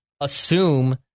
assume